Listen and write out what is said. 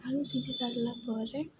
ଆଳୁ ସିଝି ସାରିଲା ପରେ